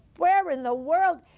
where in the world,